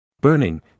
Burning